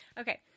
okay